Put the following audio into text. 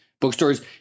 bookstores